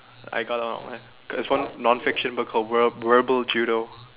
I got it online there's one non fiction book called re~ rebel judo